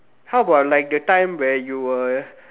how about like the time where you were